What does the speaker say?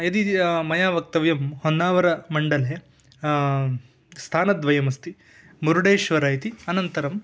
यदिदि मया वक्तव्यं होन्नावरामण्डले स्थानद्वयमस्ति मुरुडेश्वरः इति अनन्तरम्